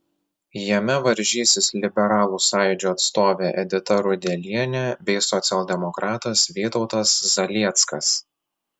jame varžysis liberalų sąjūdžio atstovė edita rudelienė bei socialdemokratas vytautas zalieckas